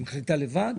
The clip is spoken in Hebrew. היא מחליטה לבד?